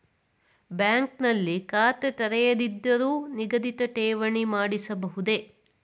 Bank ನಲ್ಲಿ ಖಾತೆ ತೆರೆಯದಿದ್ದರೂ ನಿಗದಿತ ಠೇವಣಿ ಮಾಡಿಸಬಹುದೇ?